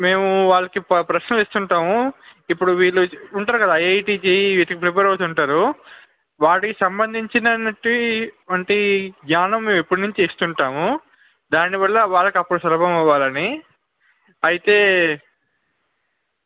మేము వాళ్ళకి ప్ర ప్రశ్నలు ఇస్తూ ఉంటాము ఇప్పుడు వీళ్ళు ఉంటారు కదా ఐఐటి జెఈఈ వీటికి ప్రిపేర్ అవుతూ ఉంటారు వాటికి సంబంధించినటువంటి జ్ఞానం మేము ఇప్పటి నుంచే ఇస్తూ ఉంటాము దానివల్ల వాళ్ళకి అప్పుడు సులభం అవ్వాలి అని అయితే